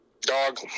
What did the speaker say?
Dog